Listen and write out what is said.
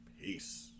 Peace